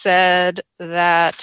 said that